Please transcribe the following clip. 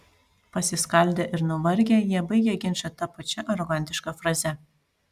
pasiskaldę ir nuvargę jie baigia ginčą ta pačia arogantiška fraze